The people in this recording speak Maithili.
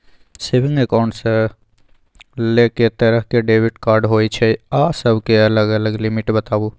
सेविंग एकाउंट्स ल के तरह के डेबिट कार्ड होय छै आ सब के अलग अलग लिमिट बताबू?